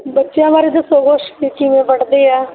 ਬੱਚਿਆਂ ਬਾਰੇ ਦੱਸੋ ਕੁਛ ਵੀ ਕਿਵੇਂ ਪੜ੍ਹਦੇ ਹੈ